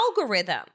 algorithm